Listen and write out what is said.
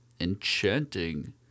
enchanting